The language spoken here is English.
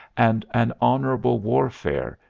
and an honorable warfare,